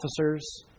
officers